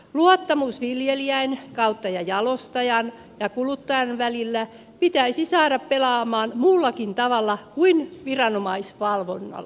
luottamus viljelijän jalostajan ja kuluttajan välillä pitäisi saada pelaamaan muullakin tavalla kuin viranomaisvalvonnalla